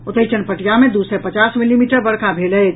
ओतहि चनपटिया मे दू सय पचास मिलीमीटर वर्षा भेल अछि